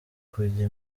kujya